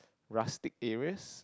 rustic areas